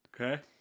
Okay